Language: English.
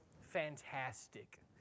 fantastic